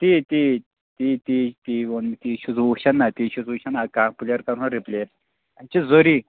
تی تی تی تی ون مےٚ تی چھُس بہٕ وُچھان نہ تی چھُس بہٕ وُچھان کانٛہہ پٕلیر کَرٕوُن رٕپلیس یِم چھِ ضروٗری